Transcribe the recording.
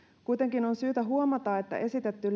kuitenkin on syytä huomata että esitetty